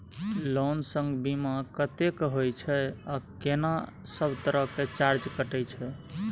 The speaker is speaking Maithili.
लोन संग बीमा कत्ते के होय छै आ केना सब तरह के चार्ज कटै छै?